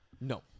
No